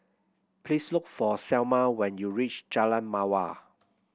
please look for Selmer when you reach Jalan Mawar